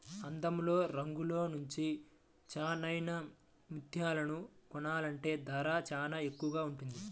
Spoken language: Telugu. అందంలో, రంగులో మంచి నాన్నెమైన ముత్యాలను కొనాలంటే ధర చానా ఎక్కువగా ఉంటది